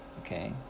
Okay